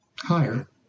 Higher